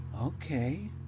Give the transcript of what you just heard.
Okay